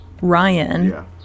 Ryan